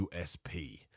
USP